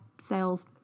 sales